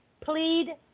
plead